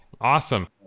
Awesome